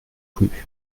plus